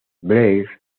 blair